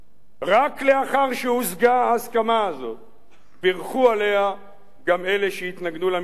רק לאחר שהושגה ההסכמה הזאת בירכו עליה גם אלה שהתנגדו לה מלכתחילה,